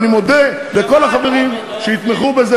ואני מודה לכל החברים שיתמכו בזה,